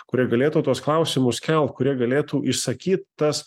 kurie galėtų tuos klausimus kelt kurie galėtų išsakyt tas